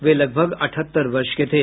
वे लगभग अठहत्तर वर्ष के थे